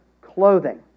clothing